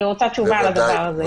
אני רוצה תשובה לזה,